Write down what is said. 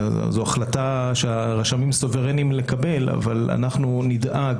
זאת החלטה שהרשמים סוברנים לקבל אבל אנחנו נדאג